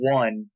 one